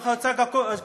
ככה הוצע בחוק,